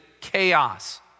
chaos